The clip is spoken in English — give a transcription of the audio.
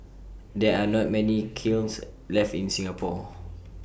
there are not many kilns left in Singapore